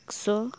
ᱮᱠᱥᱚ